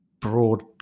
broad